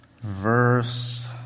verse